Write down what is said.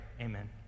amen